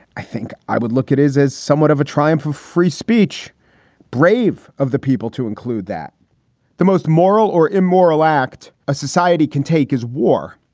i think i would look at is as somewhat of a triumph for free speech brave of the people to include that the most moral or immoral act a society can take is war.